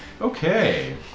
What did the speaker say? Okay